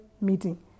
meeting